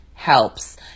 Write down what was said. Helps